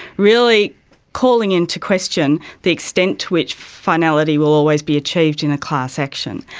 really calling into question the extent to which finality will always be achieved in a class action.